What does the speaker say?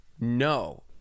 No